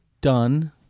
done